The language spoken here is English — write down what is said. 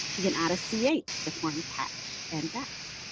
he can add a c h to form catch and batch.